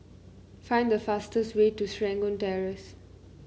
find the fastest way to Serangoon Terrace